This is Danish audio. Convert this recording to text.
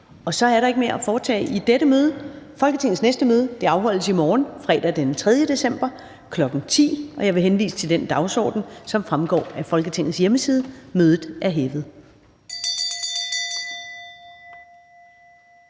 Så er der ikke mere at foretage i dette møde. Folketingets næste møde afholdes i morgen, fredag den 3. december 2021, kl. 10.00. Jeg henviser til den dagsorden, som fremgår af Folketingets hjemmeside. Mødet er hævet.